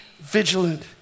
vigilant